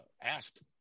asked